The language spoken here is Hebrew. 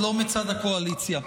לא מצד הקואליציה.